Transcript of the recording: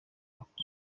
akunda